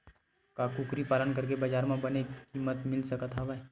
का कुकरी पालन करके बजार म बने किमत मिल सकत हवय?